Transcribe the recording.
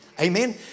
Amen